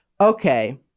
Okay